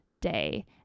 day